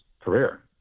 career